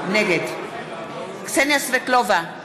נגד קסניה סבטלובה,